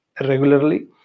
regularly